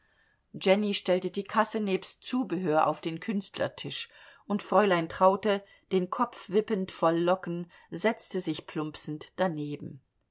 jenny stellte die kasse nebst zubehör auf den künstlertisch und fräulein traute den kopf wippend voll locken setzte sich plumpsend daneben